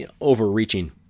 Overreaching